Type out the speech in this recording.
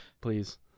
Please